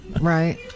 right